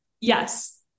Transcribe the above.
Yes